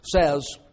says